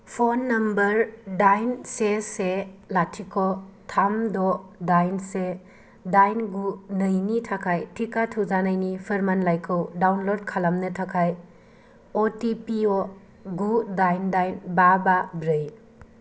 phone number दाइन से से लाथिख' थाम द' दाइन से दाइन गु नैनि थाखाय टिका थुजानायनि फोरमानलाइखौ डाउनल'ड खालामनो थाखाय अ टि पि आ गु दाइन दाइन बा बा ब्रै